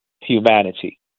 humanity